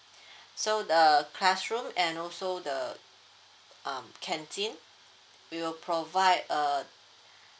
so the classroom and also the um canteen we will provide a